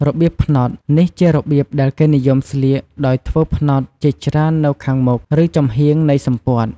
របៀបផ្នត់ នេះជារបៀបដែលគេនិយមស្លៀកដោយធ្វើផ្នត់ជាច្រើននៅខាងមុខ ឬចំហៀងនៃសំពត់។